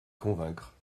convaincre